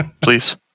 Please